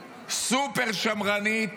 סופר-שמרנית.